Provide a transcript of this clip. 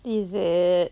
is it